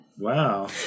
Wow